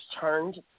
turned